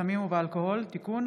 בסמים ובאלכוהול (תיקון),